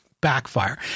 backfire